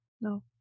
No